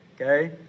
Okay